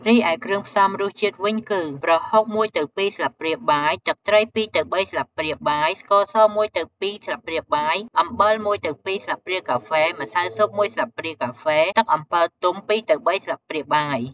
រីឯគ្រឿងផ្សំរសជាតិវិញ គឺប្រហុក ១ទៅ២ ស្លាបព្រាបាយ ទឹកត្រី ២ទៅ៣ ស្លាបព្រាបាយ ស្ករស ១ទៅ២ ស្លាបព្រាបាយ អំបិល ១ទៅ២ ស្លាបព្រាកាហ្វេ ម្សៅស៊ុប ១ ស្លាបព្រាកាហ្វេ ទឹកអំពិលទុំ ២ទៅ៣ ស្លាបព្រាបាយ។